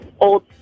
old